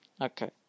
Okay